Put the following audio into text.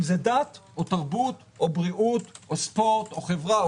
אם זה דת או בריאות או תרבות או ספורט או חברה.